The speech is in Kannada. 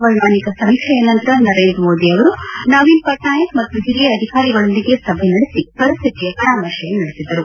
ವೈಮಾನಿಕ ಸಮೀಕ್ಷೆಯ ನಂತರ ನರೇಂದ್ರ ಮೋದಿ ಅವರು ನವೀನ್ ಪಟ್ನಾಯಕ್ ಮತ್ತು ಹಿರಿಯ ಅಧಿಕಾರಿಗಳೊಂದಿಗೆ ಸಭೆ ನಡೆಸಿ ಪರಿಸ್ಲಿತಿಯ ಪರಾಮರ್ಶೆ ನಡೆಸಿದರು